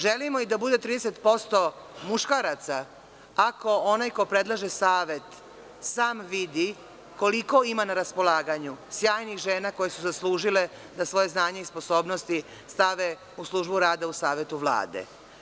Želimo da bude i 30% muškaraca, ako onaj ko predlaže savet sam vidi koliko ima na raspolaganju sjajnih žena koje su zaslužile da svoje znanje i sposobnosti stave u službu rada u savetu Vlade.